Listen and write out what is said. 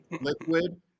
liquid